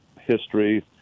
history